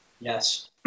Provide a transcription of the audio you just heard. Yes